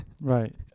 Right